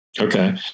Okay